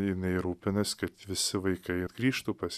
jinai rūpinas kad visi vaikai grįžtų pas